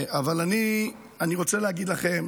אבל אני רוצה להגיד לכם,